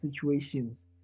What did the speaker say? situations